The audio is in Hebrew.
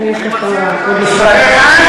אם יש לך סיכום, אם יש לך עוד משפט אחד,